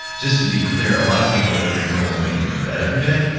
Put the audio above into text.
just to be clear, a lot of people, their big goal is making their bed everyday.